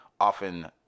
often